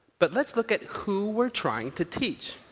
but let's look at who we're trying to teach.